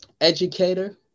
educator